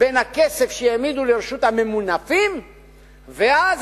בין הכסף שהעמידו לרשות הממונפים ואז